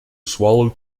swallowed